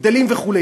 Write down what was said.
גדלים וכו'.